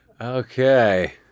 okay